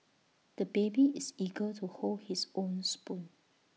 the baby is eager to hold his own spoon